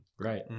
Right